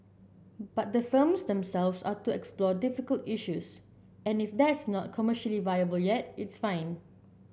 but the films themselves are to explore difficult issues and if that's not commercially viable yet it's fine